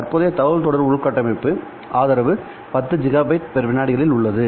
தற்போதைய தகவல்தொடர்பு உள்கட்டமைப்பு ஆதரவு 10 ஜிகாபைட் வினாடியில் உள்ளது